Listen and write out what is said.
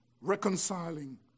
reconciling